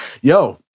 Yo